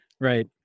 Right